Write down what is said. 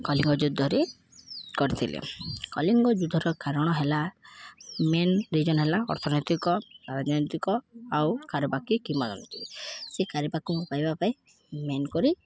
କଲିଙ୍ଗ ଯୁଦ୍ଧରେ କରିଥିଲେ କଲିଙ୍ଗ ଯୁଦ୍ଧର କାରଣ ହେଲା ମେନ୍ ରିଜନ୍ ହେଲା ଅର୍ଥନୈତିକ ରାଜନୈତିକ ଆଉ କାରବାକି କିମ୍ବଦନ୍ତୀ ସେ କାରବାକି ମୁଁ ପାଇବା ପାଇଁ ମେନ୍ କରି